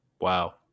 Wow